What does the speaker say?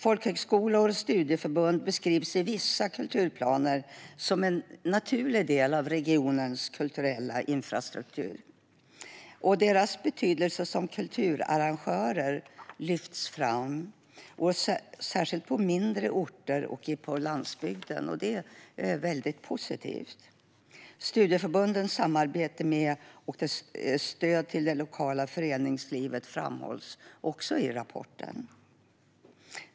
Folkhögskolor och studieförbund beskrivs i vissa kulturplaner som en naturlig del av regionens kulturella infrastruktur. Deras betydelse som kulturarrangörer lyfts fram, särskilt på mindre orter och på landsbygden, vilket är väldigt positivt. Studieförbundens samarbete med och stöd till det lokala föreningslivet framhålls också i rapporten.